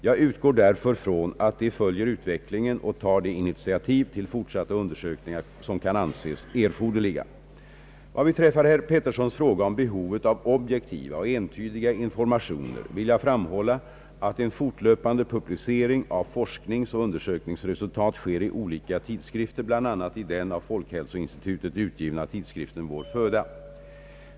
Jag utgår därför från att de följer utvecklingen och tar de initiativ till fortsatta undersökningar som kan anses erforderliga. Vad beträffar herr Peterssons fråga om behovet av objektiva och entydiga informationer vill jag framhålla, att en fortlöpande publicering av forskningsoch undersökningsresultat sker i olika tidskrifter, bl.a. i den av folkhälsoinstitutet utgivna tidskriften Vår föda.